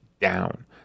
down